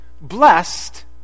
Blessed